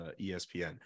ESPN